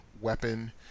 weapon